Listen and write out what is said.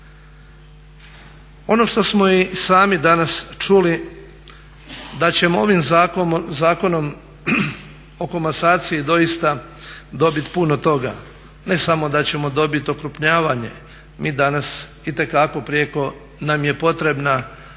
Ono što smo i sami danas čuli da ćemo ovim Zakonom o komasaciji doista dobiti puno toga. Ne samo da ćemo dobiti okrupnjavanje, mi danas itekako nam je prijeko potrebna